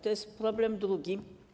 To jest problem drugi.